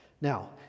Now